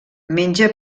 menja